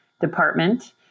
department